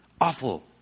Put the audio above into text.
awful